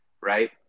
right